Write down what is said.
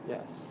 Yes